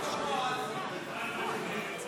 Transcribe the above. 59 בעד, 57